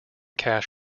cash